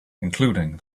including